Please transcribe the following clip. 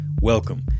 welcome